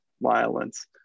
violence